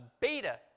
beta